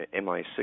MI6